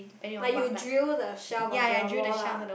like you drill the shelf onto the wall lah